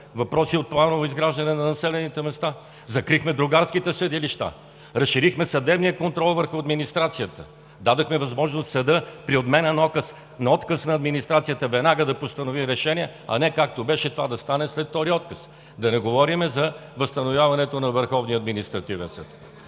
въпроси от планово изграждане на населените места. Закрихме другарските съдилища, разширихме съдебния контрол върху администрацията, дадохме възможност съдът при отказ на администрацията, веднага да постанови решение, а не както беше – това да стане след втори отказ, да не говорим за възстановяването на Върховния административен съд.